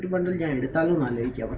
hundred and eleven